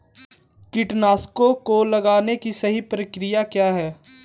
कीटनाशकों को लगाने की सही प्रक्रिया क्या है?